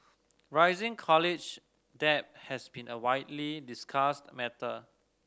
rising college debt has been a widely discussed matter